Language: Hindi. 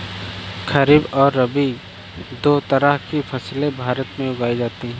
खरीप और रबी दो तरह की फैसले भारत में उगाई जाती है